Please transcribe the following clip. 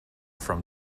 from